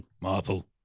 marple